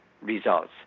results